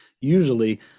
usually